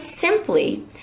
simply